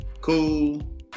Cool